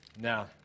Now